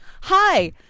Hi